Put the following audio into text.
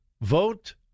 Vote